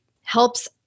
helps